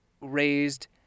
raised